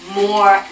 more